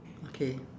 okay